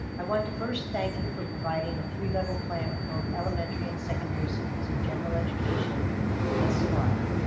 i want to first thank you for providing a three-level plan for both elementary and secondary schools in general education thus far.